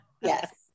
Yes